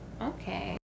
Okay